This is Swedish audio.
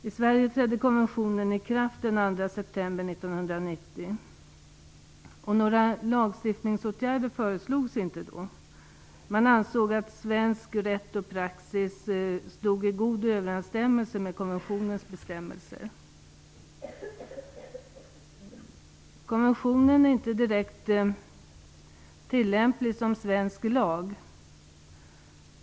I Sverige trädde konventionen i kraft den 2 september 1990. Några lagstiftningsåtgärder föreslogs inte då. Svensk rätt och praxis ansågs stå i god överensstämmelse med konventionens bestämmelser. Konventionen är inte direkt tillämplig som svensk lag.